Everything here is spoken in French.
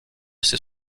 ses